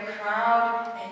crowd